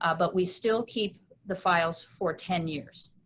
ah but we still keep the files for ten years.